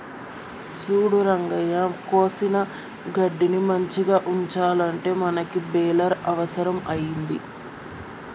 సూడు రంగయ్య కోసిన గడ్డిని మంచిగ ఉంచాలంటే మనకి బెలర్ అవుసరం అయింది